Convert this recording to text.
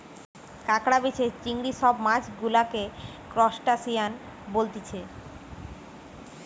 কাঁকড়া, বিছে, চিংড়ি সব মাছ গুলাকে ত্রুসটাসিয়ান বলতিছে